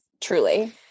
truly